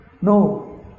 No